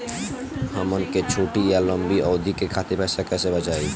हमन के छोटी या लंबी अवधि के खातिर पैसा कैसे बचाइब?